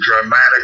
dramatic